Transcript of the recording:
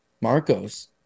Marcos